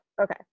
Okay